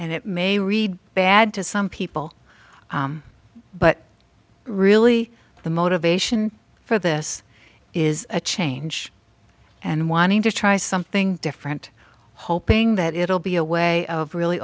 and it may read bad to some people but really the motivation for this is a change and wanting to try something different hoping that it'll be a way of really